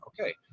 okay